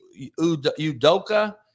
Udoka